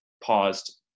paused